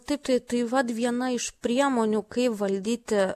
taip tai tai vat viena iš priemonių kaip valdyti